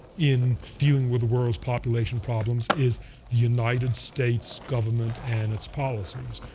in dealing with the world's population problems is the united states government and its policies.